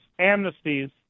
amnesties